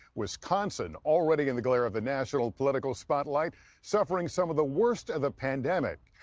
wisconsin already in the glare of the national political spotlight suffering some of the worst of the pandemic.